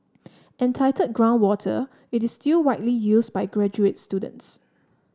entitled Groundwater it is still widely used by graduate students